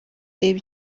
reba